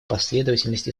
последовательность